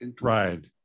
right